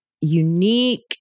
unique